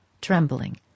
trembling